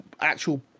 actual